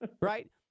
right